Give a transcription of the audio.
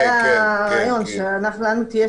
כי אם לא קיימים